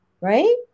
Right